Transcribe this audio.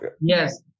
Yes